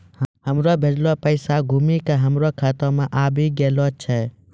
हमरो भेजलो पैसा घुमि के हमरे खाता मे आबि गेलो छै